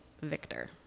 Victor